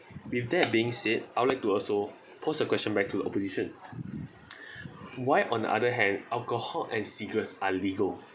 with that being said I would like to also post a question back to opposition why on the other hand alcohol and cigarettes are legal